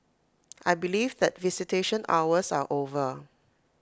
I believe that visitation hours are over